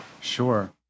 Sure